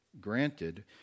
granted